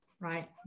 right